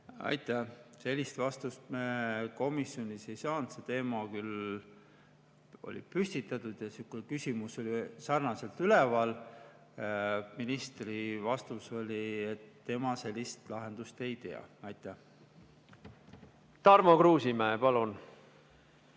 Aitäh! Sellist vastust me komisjonis ei saanud. See teema küll oli püstitatud, küsimus oli sarnaselt üleval. Ministri vastus oli, et tema sellist lahendust ei tea. Aitäh! Sellist vastust